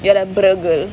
you are a bruggle